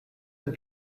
been